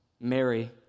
Mary